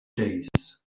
days